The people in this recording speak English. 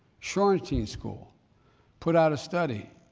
shorenstein school put out a study,